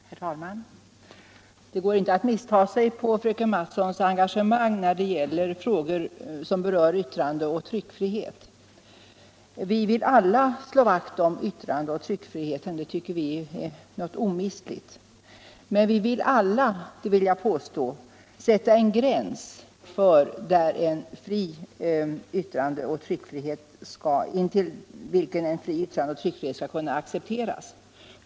Herr talman! Det går inte att missta sig på fröken Mattsons engagemang när det gäller frågor som berör yttrandeoch tryckfrihet. Vi vill alla slå vakt om yttrandeoch tryckfriheten, som vi tycker är något omistligt. Men vi vill alla — det vill jag påstå — sätta en gräns intill vilken en full yttrandeoch tryckfrihet skall kunna accepteras.